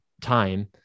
time